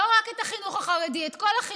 ולא רק את החינוך החרדי אלא את כל החינוך: